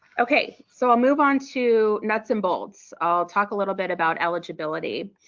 okay so i'll move on to nuts and bolts. i'll talk a little bit about eligibility.